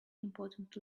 important